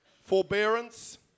forbearance